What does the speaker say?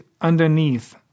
underneath